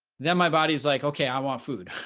then my body's like, okay, i want food.